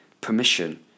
permission